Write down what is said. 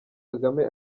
kagame